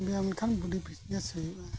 ᱵᱮᱭᱟᱢ ᱞᱮᱠᱷᱟᱱ body fitness ᱦᱩᱭᱩᱜᱼᱟ